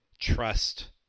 trust